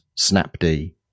SnapD